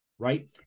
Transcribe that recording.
Right